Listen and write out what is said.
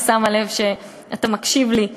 אני שמה לב שאתה מקשיב לי,